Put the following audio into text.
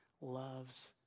loves